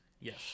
Yes